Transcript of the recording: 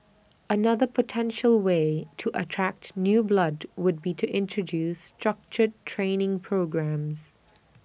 another potential way to attract new blood would be to introduce structured training programmes